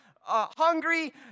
hungry